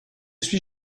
suis